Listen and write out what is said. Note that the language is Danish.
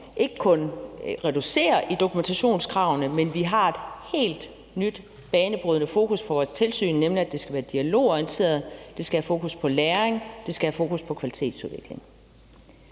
ikke kun reducerer dokumentationskravene, men at vi har et helt nyt banebrydende fokus på vores tilsyn, nemlig at det skal være dialogorienteret, at det skal have fokus på læring, og at det skal have fokus på kvalitetsudvikling.